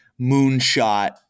moonshot